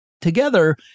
Together